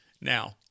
Now